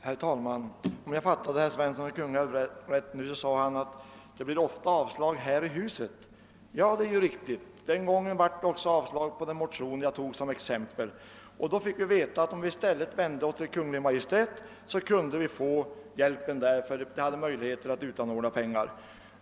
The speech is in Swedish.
Herr talman! Om jag fattade herr Svensson i Kungälv rätt nyss så sade han att det blir ofta avslag här i huset. Ja, det är ju riktigt. Den gången blev det också avslag på den motion jag tog som exempel, och då fick vi veta att om vi i stället vände oss till Kungl. Maj:t så kunde vi få hjälpen där, ty Kungl. Maj:t hade möjlighet att utanordna pengar.